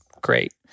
great